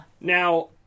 Now